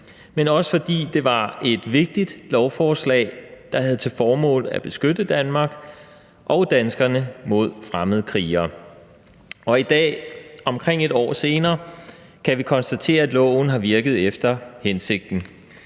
men også, fordi det var et vigtigt lovforslag, der havde til formål at beskytte Danmark og danskerne mod fremmedkrigere. I dag, omkring et år senere, kan vi konstatere, at loven har virket efter hensigten.